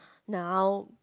now